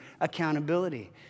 accountability